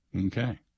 okay